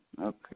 Okay